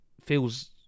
feels